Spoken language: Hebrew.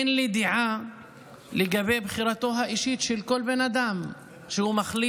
אין לי דעה לגבי בחירתו האישית של כל בן אדם שמחליט